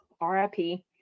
R-I-P